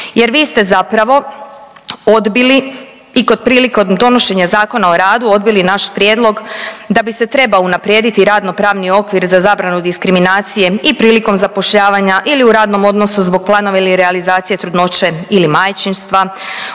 jer vi ste zapravo odbili i kod, prilikom donošenja Zakona o radu odbili naš prijedlog da bi se trebao unaprijediti radno-pravni okvir za zabranu diskriminacije i prilikom zapošljavanja ili u radnom odnosu zbog planova ili realizacije trudnoće ili majčinstva.